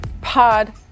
Pod